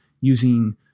using